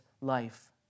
life